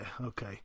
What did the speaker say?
okay